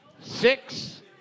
Six